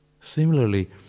Similarly